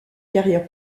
carrière